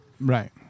Right